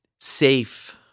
safe